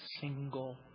single